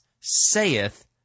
saith